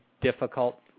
difficult